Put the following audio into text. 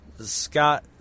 Scott